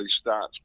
starts